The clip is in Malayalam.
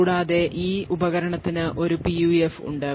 കൂടാതെ ഈ ഉപകരണത്തിന് ഒരു PUF ഉണ്ട്